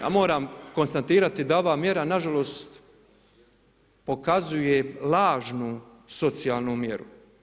Ja moram konstatirati da ova mjera nažalost, pokazuje lažnu socijalnu mjeru.